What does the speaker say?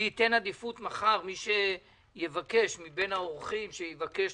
אני אתן עדיפות מחר למי שיבקש מבין האורחים לדבר.